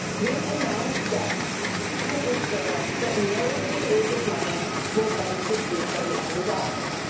we announced stepped to insure that nobody loses money while rights disputes are being resolved.